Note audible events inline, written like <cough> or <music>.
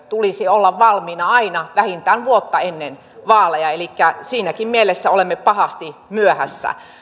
<unintelligible> tulisi olla valmiina aina vähintään vuotta ennen vaaleja elikkä siinäkin mielessä olemme pahasti myöhässä